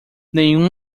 nenhum